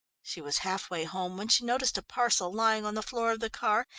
she was half-way home when she noticed a parcel lying on the floor of the car,